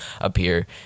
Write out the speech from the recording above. appear